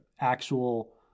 actual